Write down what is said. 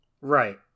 Right